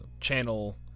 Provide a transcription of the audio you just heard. channel